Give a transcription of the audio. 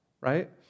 right